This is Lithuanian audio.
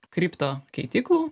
kripto keityklų